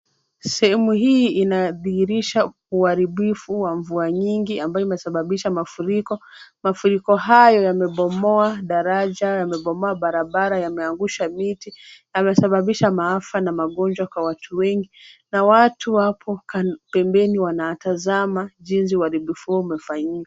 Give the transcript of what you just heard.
Sehemu hii inadhihirisha uharibifu wa mvua nyingi ambayo imesababisha mafuriko. Mafuriko hayo yamebomoa daraja, yamebomoa barabara, yameangusha miti, yamesababisha maafa na magonjwa kwa watu wengi na watu wapo pembeni wanatazama jinsi uharibifu huo umefanyika.